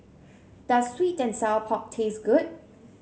does sweet and Sour Pork taste good